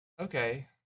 okay